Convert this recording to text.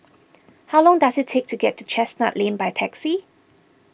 how long does it take to get to Chestnut Lane by taxi